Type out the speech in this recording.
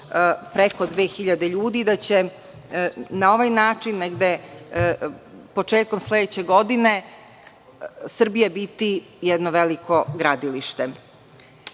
dve hiljade ljudi i da će na ovaj način negde početkom sledeće godine Srbija biti jedno veliko gradilište. Što